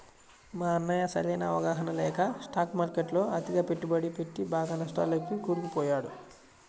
మా అన్నయ్య సరైన అవగాహన లేక స్టాక్ మార్కెట్టులో అతిగా పెట్టుబడి పెట్టి బాగా నష్టాల్లోకి కూరుకుపోయాడు